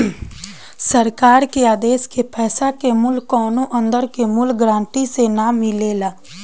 सरकार के आदेश के पैसा के मूल्य कौनो अंदर के मूल्य गारंटी से ना मिलेला